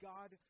God